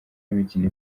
y’imikino